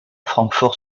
francfort